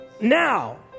now